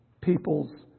people's